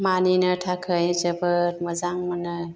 मानिनो थाखाय जोबोर मोजां मोनो